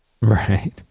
right